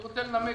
אני רוצה לנמק.